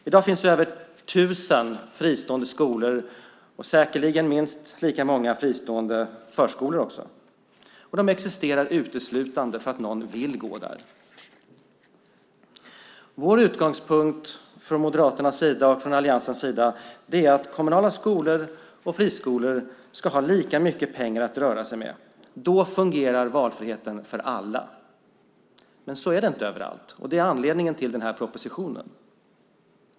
I dag finns det över 1 000 fristående skolor och säkert lika många fristående förskolor, och de existerar uteslutande därför att någon vill gå där. Vår utgångspunkt från Moderaternas och alliansens sida är att kommunala skolor och friskolor ska ha lika mycket pengar att röra sig med. Då fungerar valfriheten för alla. Men så är det inte överallt, och det är anledningen till propositionen.